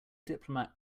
diplomat